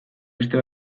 beste